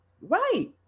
right